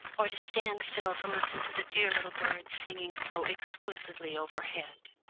or to stand still to listen to the dear little birds singing so exquisitely overhead.